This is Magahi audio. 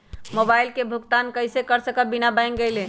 मोबाईल के भुगतान कईसे कर सकब बिना बैंक गईले?